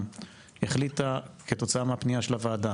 - החליטה כתוצאה מהפנייה של הוועדה,